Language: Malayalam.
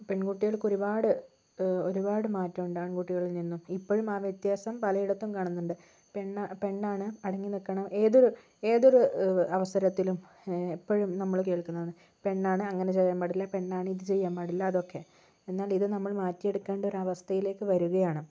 പെൺകുട്ടികൾക്കൊരുപാട് ഒരുപാട് മാറ്റമുണ്ടാകും ആൺകുട്ടികളിൽ നിന്നും ഇപ്പോഴും ആ വ്യത്യാസം പലയിടത്തും കാണുന്നുണ്ട് പെണ്ണാണ് അടങ്ങി നിക്കണം ഏതൊരു ഏതൊരു അവസരത്തിലും എപ്പോഴും നമ്മള് കേൾക്കുന്നത് പെണ്ണാണ് അങ്ങനെ ചെയ്യാൻ പാടില്ല പെണ്ണാണ് ഇത് ചെയ്യാൻ പാടില്ല അതൊക്കെ എന്നാൽ ഇത് നമ്മൾ മാറ്റിയെടുക്കേണ്ട ഒരു അവസ്ഥയിലേക്ക് വരികയാണ്